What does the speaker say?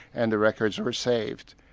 and the records were saved.